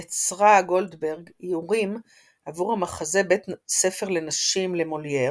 יצרה גולדברג איורים עבור המחזה בית ספר לנשים למולייר,